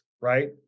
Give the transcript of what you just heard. right